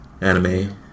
anime